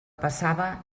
passava